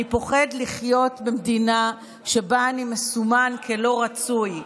אני פוחד לחיות במדינה שבה אני מסומן כלא רצוי,